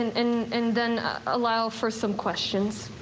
in in and then allow for some questions.